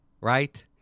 right